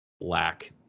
lack